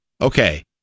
okay